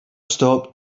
stop